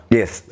Yes